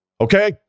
Okay